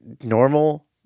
normal